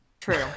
True